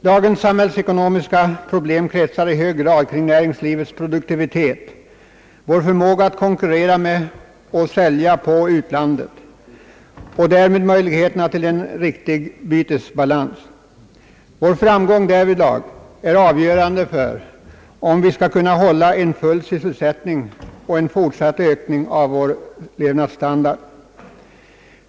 Dagens samhällsekonomiska problem kretsar i hög grad kring näringslivets produktivitet, vår förmåga att konkurrera i och sälja på utlandet och därmed våra möjligheter att nå en riktig bytesbalans. Vår framgång därvidlag är avgörande för om vi skall kunna vidmakthålla full sysselsättning och i fortsättningen höja vår levnadsstandard.